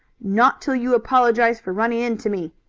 not till you apologize for running into me,